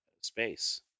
space